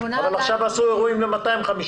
אבל עכשיו עשו אירועים ל-250.